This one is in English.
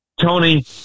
Tony